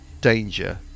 danger